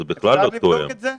אפשר לבדוק את זה?